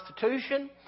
Constitution